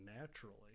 naturally